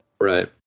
Right